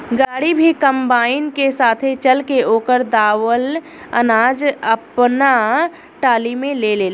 गाड़ी भी कंबाइन के साथे चल के ओकर दावल अनाज आपना टाली में ले लेला